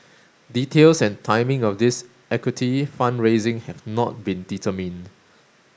details and timing of this equity fund raising have not been determined